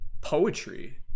poetry